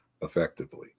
effectively